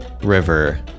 River